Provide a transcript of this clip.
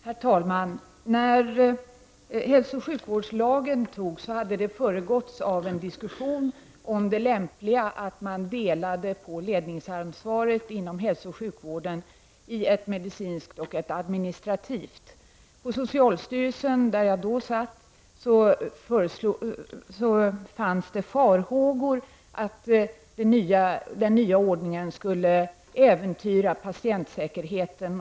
Herr talman! När hälsooch sjukvårdslagen antogs hade den föregåtts av en diskussion angående det lämpliga i att dela på ledningsansvaret inom hälsooch sjukvården i en medicinsk och administrativ del. På socialstyrelsen, där jag tidigare har varit, har det funnits farhågor att den nya ordningen skulle äventyra patientsäkerheten.